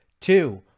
two